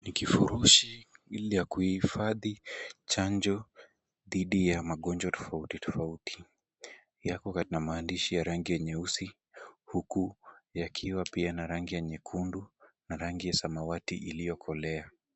Ni kifurushi ile ya kuhifadhi chanjo dhidi ya magonjwa tofauti tofauti, yako na maandishi ya rangi ya nyeusi, huku yakiwa pia na rangi ya nyekundu na rangi ya samawati iliyokolea.